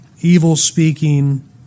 evil-speaking